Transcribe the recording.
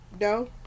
No